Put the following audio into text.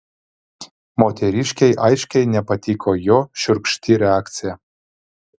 moteriškei aiškiai nepatiko jo šiurkšti reakcija